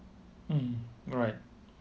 mm alright